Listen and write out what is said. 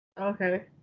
Okay